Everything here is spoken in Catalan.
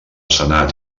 senat